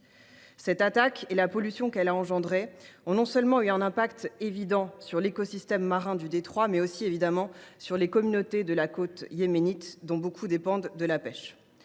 Cette attaque et la pollution qu’elle a engendrée ont eu un impact évident, non seulement sur l’écosystème marin du détroit, mais aussi, évidemment, sur les communautés de la côte yéménite, dont beaucoup dépendent de la pêche.